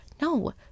No